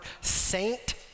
saint